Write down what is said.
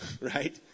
Right